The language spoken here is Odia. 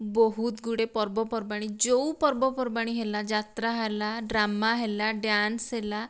ବହୁତ ଗୁଡ଼େ ପର୍ବ ପର୍ବାଣୀ ଯେଉଁ ପର୍ବ ପର୍ବାଣୀ ହେଲା ଯାତ୍ରା ହେଲା ଡ୍ରାମା ହେଲା ଡ୍ୟାନ୍ସ ହେଲା